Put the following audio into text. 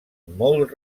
molt